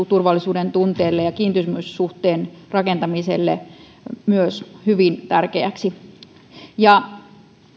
turvallisuudentunteelle ja kiintymyssuhteen rakentamiselle on nostettu myös hyvin tärkeäksi